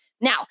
Now